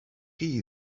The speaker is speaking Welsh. chi